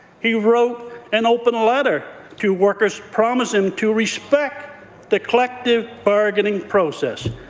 he wrote an open letter to workers promising to respect the collective bargaining process.